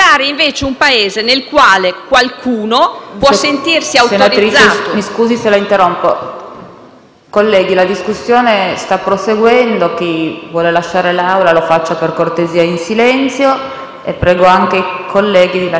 Colleghi la discussione sta proseguendo. Chi vuole lasciare l'Aula lo faccia, per cortesia, in silenzio. Prego anche i colleghi di allontanarsi dal banco del Governo, anche se tutti noi esprimiamo solidarietà al